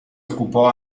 occupò